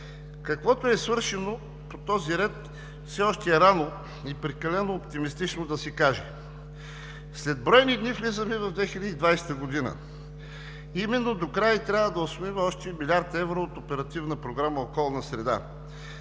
Каквото е свършено по този ред, все още е рано и прекалено оптимистично да се каже. След броени дни влизаме в 2020 г. – именно, докрай трябва да усвоим още милиард евро от Оперативна програма „Околна среда“.